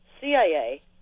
CIA